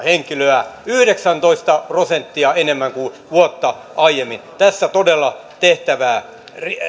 henkilöä yhdeksäntoista prosenttia enemmän kuin vuotta aiemmin tässä todella tehtävää